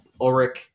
Ulrich